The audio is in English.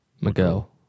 miguel